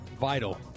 vital